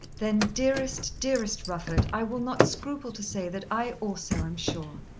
then dearest, dearest rufford, i will not scruple to say that i also am sure.